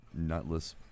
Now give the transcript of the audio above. nutless